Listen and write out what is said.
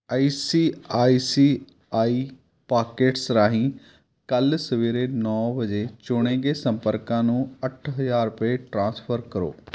I C I C I pockets ਰਾਹੀਂ ਕੱਲ੍ਹ ਸਵੇਰੇ ਨੌ ਵਜੇ ਚੁਣੇ ਗਏ ਸੰਪਰਕਾਂ ਨੂੰ ਅੱਠ ਹਜ਼ਾਰ ਰੁਪਏ ਟ੍ਰਾਂਸਫਰ ਕਰੋ